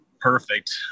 perfect